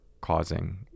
causing